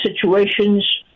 situations